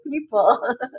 people